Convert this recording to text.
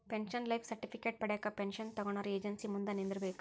pension life certificate ಪಡ್ಯಾಕ pension ತೊಗೊನೊರ agency ಮುಂದ ನಿಂದ್ರಬೇಕ್